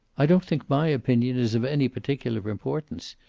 i don't think my opinion is of any particular importance.